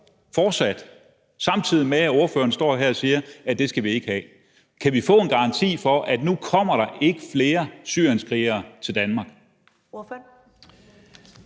der fortsat gør, samtidig med at ordføreren står her og siger, at det skal vi ikke have. Kan vi få en garanti for, at nu kommer der ikke flere syrienskrigere til Danmark?